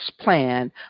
plan